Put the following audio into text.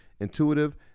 intuitive